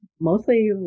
mostly